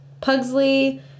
Pugsley